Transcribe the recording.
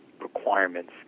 requirements